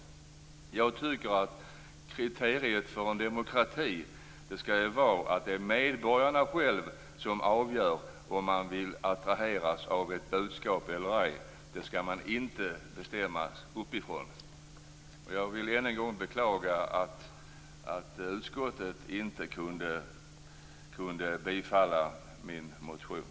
Jag tycker att kriteriet för en demokrati skall vara att det är medborgarna själva som avgör om de vill attraheras av ett budskap eller ej. Det skall inte bestämmas uppifrån. Jag vill än en gång beklaga att utskottet inte kunde tillstyrka min motion.